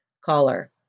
Caller